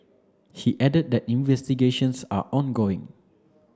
he added that investigations are ongoing